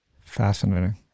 Fascinating